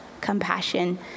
compassion